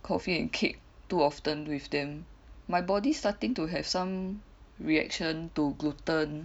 coffee and cake too often with them my body starting to have some reaction to gluten